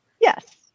yes